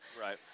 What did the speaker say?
Right